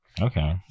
okay